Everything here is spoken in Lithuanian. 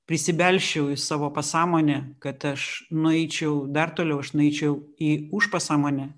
prisibelsčiau į savo pasąmonę kad aš nueičiau dar toliau aš nueičiau į užpasąmonę